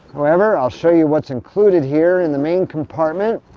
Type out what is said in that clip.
however, i'll show you what's included. here in the main compartment,